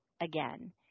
again